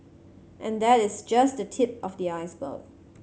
and that is just the tip of the iceberg